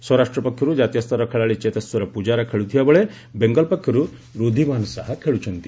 ସୌରାଷ୍ଟ୍ର ପକ୍ଷରୁ ଜାତୀୟ ସ୍ତରର ଖେଳାଳୀ ଚେତେଶ୍ୱର ପ୍ରଜାରା ଖେଳୁଥିବାବେଳେ ବେଙ୍ଗଲ୍ ପକ୍ଷରୁ ଋଦ୍ଧିମାନ ଶାହା ଖେଳୁଛନ୍ତି